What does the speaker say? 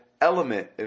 element